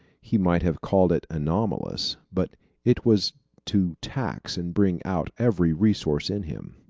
he might have called it anomalous, but it was to tax and bring out every resource in him.